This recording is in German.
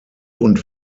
und